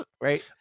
right